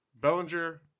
Bellinger